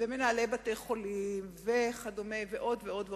מנהלי בתי-החולים ועוד ועוד,